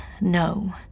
No